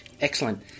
Excellent